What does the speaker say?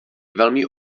velmi